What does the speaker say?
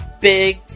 big